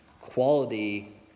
quality